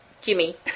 Jimmy